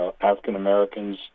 African-Americans